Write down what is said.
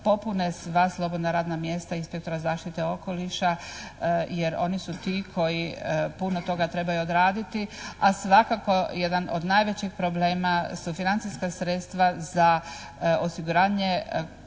popune sva slobodna radna mjesta inspektora zaštite okoliša jer oni su ti koji puno toga trebaju odraditi a svakako jedan od najvećih problema su financijska sredstva za osiguranje